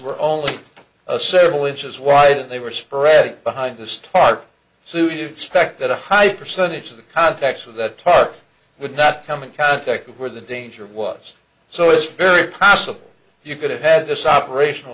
were only a several inches wide and they were sporadic behind the start suited spec that a high percentage of the contacts with that target would not come in contact with where the danger was so it's very possible you could have had this operational